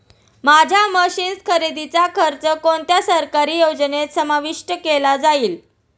माझ्या मशीन्स खरेदीचा खर्च कोणत्या सरकारी योजनेत समाविष्ट केला जाईल?